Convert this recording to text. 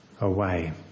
away